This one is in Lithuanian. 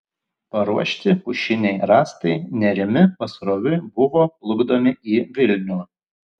paruošti pušiniai rąstai nerimi pasroviui buvo plukdomi į vilnių